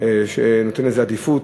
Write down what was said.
שנותן לזה עדיפות,